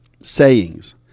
sayings